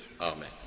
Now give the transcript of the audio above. Amen